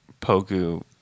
Poku